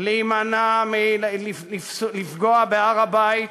להימנע מלפגוע בהר-הבית